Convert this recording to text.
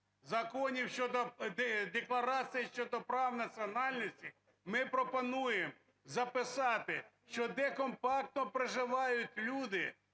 Взаконі щодо… в Декларації щодо прав національностей ми пропонуємо записати, що де компактно проживають люди,